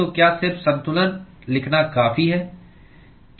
तो क्या सिर्फ संतुलन लिखना काफी है